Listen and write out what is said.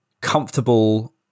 comfortable